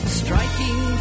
striking